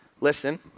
listen